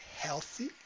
healthy